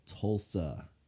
tulsa